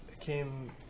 came